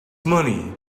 money